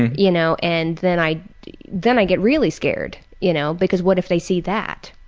you know, and then i then i get really scared, you know, because what if they see that?